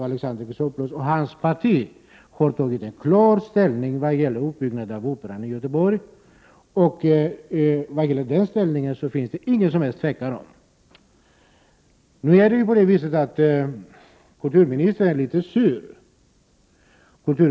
Alexander Chrisopoulos och hans parti har tagit klar ställning för utbyggnad av Operan i Göteborg, och det ställningstagandet råder det ingen som helst tvekan om. Nu är kulturministern litet sur.